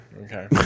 Okay